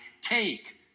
take